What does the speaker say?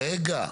רגע.